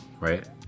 right